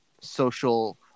social